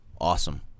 awesome